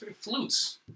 Flutes